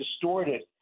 distorted